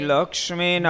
Lakshmi